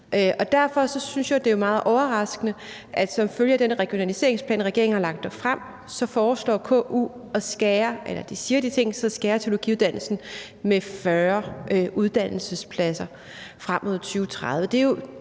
Derfor synes jeg jo, det er meget overraskende, at KU som følge af den regionaliseringsplan, regeringen har lagt frem, siger, de har tænkt sig at skære i teologiuddannelsen med 40 uddannelsespladser frem mod 2030.